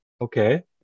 Okay